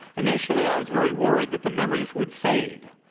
initially, i was very worried that the memories would fade.